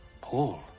paul